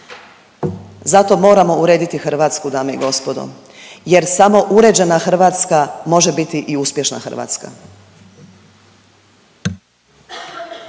Zato moramo urediti Hrvatsku, dame i gospodo, jer samo uređena Hrvatska može biti i uspješna Hrvatska.